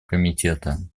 комитета